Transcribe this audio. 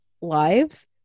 lives